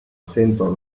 acento